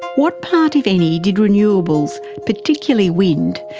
what part, if any, did renewables, particularly wind,